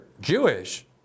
Jewish